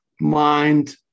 mind